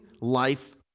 life